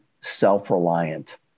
self-reliant